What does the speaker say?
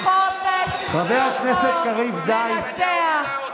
החופש סופו לנצח.